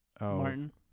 Martin